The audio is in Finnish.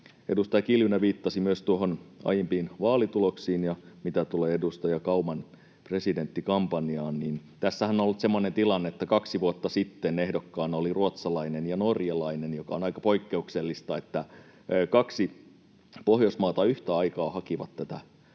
Edustaja Kiljunen viittasi myös aiempiin vaalituloksiin, ja mitä tulee edustaja Kauman presidenttikampanjaan, niin tässähän on ollut semmoinen tilanne, että kaksi vuotta sitten ehdokkaana oli ruotsalainen ja norjalainen, mikä on aika poikkeuksellista, että kaksi Pohjoismaata yhtä aikaa haki tätä